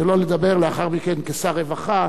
שלא לדבר לאחר מכן כשר הרווחה,